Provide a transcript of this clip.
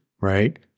right